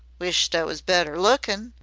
wisht i was better lookin'.